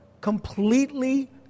completely